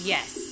Yes